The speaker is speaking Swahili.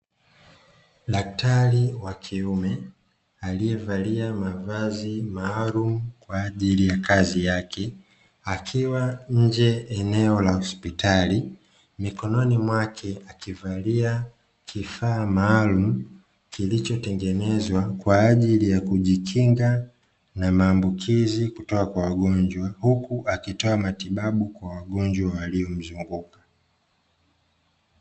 Daktari wa kiume aliyevalia mavazi maalumu kwa ajili ya kazi yake akiwa nje eneo la hospitali, mikononi mwake akivalia kifaa maalumu kilichotengenezwa kwa ajili yakujikinga na maambukizi kutoka kwa wagojwa huku akitoa matibabu kwa wagonjwa waliomzunguka.